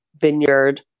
vineyard